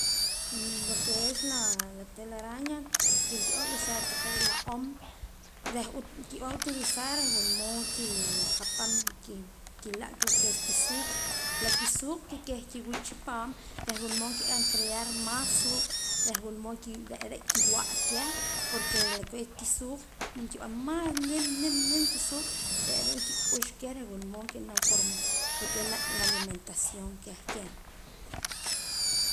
Lo que es la la telaraña que nkib'an usar taqee' la om reh kib'an utilizar reh wula mood nikikapaam ki'laa lo que es kisuuq' la kisuuq' que keh kiwii' chi paam reh wula mood nkib'an crear más suuq' reh wula mood kiwa' keh porque nkib'an más nim nim nim kisuuq' re' re' kik'ux keh reh wula mood nkinam forma lo que es la alimentación keh keh.